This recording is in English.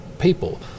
People